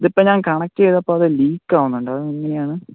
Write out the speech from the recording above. ഇതിപ്പം ഞാൻ കണക്റ്റ് ചെയ്തപ്പം അത് ലീക്ക് ആകുന്നുണ്ട് അതെങ്ങനെയാണ്